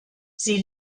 sie